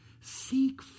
Seek